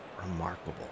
remarkable